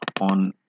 on